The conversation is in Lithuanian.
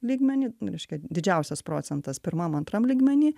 lygmenį reiškia didžiausias procentas pirmam antram lygmeny